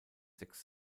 sechs